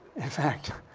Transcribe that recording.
in fact,